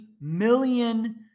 million